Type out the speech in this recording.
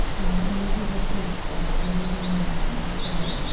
and maybe this has like already been mentioned, but